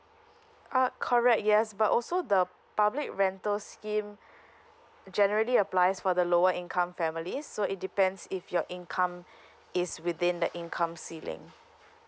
uh correct yes but also the public rental scheme generally applies for the lower income family so it depends if your income is within that income ceiling